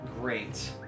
Great